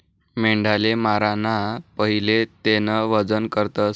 मेंढाले माराना पहिले तेनं वजन करतस